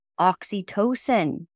oxytocin